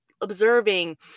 observing